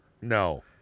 no